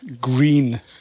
green